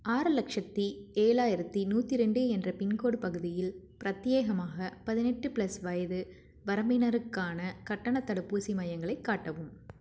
ஆறு லட்சத்தி ஏழாயிரத்தி நூற்றி ரெண்டு என்ற பின்கோடு பகுதியில் பிரத்யேகமாக பதினெட்டு ப்ளஸ் வயது வரம்பினருக்கான கட்டணத் தடுப்பூசி மையங்களை காட்டவும்